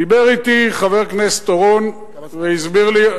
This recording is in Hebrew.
דיבר אתי חבר הכנסת אורון והסביר לי,